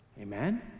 Amen